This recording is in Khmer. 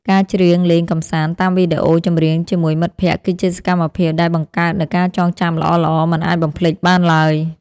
ការច្រៀងលេងកម្សាន្តតាមវីដេអូចម្រៀងជាមួយមិត្តភក្តិគឺជាសកម្មភាពដែលបង្កើតនូវការចងចាំល្អៗមិនអាចបំភ្លេចបានឡើយ។